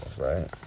Right